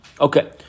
Okay